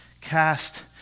cast